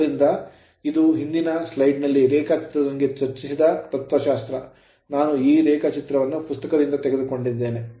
ಆದ್ದರಿಂದ ಇದು ಹಿಂದಿನ ಸ್ಲೈಡ್ ನಲ್ಲಿ ರೇಖಾಚಿತ್ರದೊಂದಿಗೆ ಚರ್ಚಿಸಿದ ತತ್ವಶಾಸ್ತ್ರ ನಾನು ಈ ರೇಖಾಚಿತ್ರವನ್ನು ಪುಸ್ತಕದಿಂದ ತೆಗೆದುಕೊಂಡಿದ್ದೇನೆ